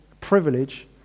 privilege